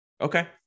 Okay